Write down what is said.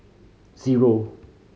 zero